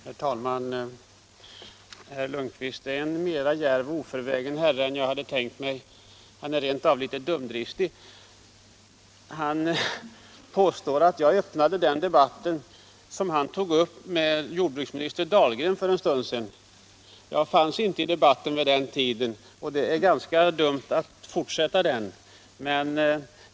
Herr talman! Herr Lundkvist är en mera djärv och oförvägen herre än jag hade tänkt mig. Han är rent av litet dumdristig. Han påstår att jag öppnade den debatt som han tog upp med jordbruksminister Dahlgren för en stund sedan. Jag fanns inte i debatten vid tidpunkten, och det är ganska dumt att fortsätta den.